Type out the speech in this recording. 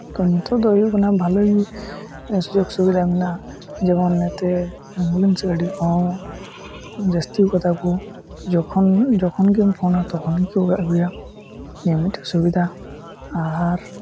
ᱛᱚ ᱱᱤᱛᱳᱜ ᱫᱚ ᱦᱩᱭᱩᱜ ᱠᱟᱱᱟ ᱵᱷᱟᱞᱤ ᱥᱩᱡᱳᱜᱽ ᱥᱩᱵᱤᱫᱟ ᱢᱮᱱᱟᱜᱼᱟ ᱡᱮᱢᱚᱱ ᱱᱚᱛᱮ ᱮᱢᱵᱩᱞᱮᱱᱥ ᱜᱟᱹᱰᱤ ᱠᱚᱦᱚᱸ ᱡᱟᱹᱥᱛᱤᱣ ᱠᱟᱫᱟ ᱠᱚ ᱡᱚᱠᱷᱚᱱ ᱡᱚᱠᱷᱚᱱ ᱜᱮᱢ ᱯᱷᱳᱱᱟ ᱛᱚᱠᱷᱚᱱ ᱜᱮᱠᱚ ᱟᱹᱜᱩᱭᱟ ᱤᱱᱟᱹ ᱢᱤᱫᱴᱤᱡ ᱥᱩᱵᱤᱫᱟ ᱟᱨ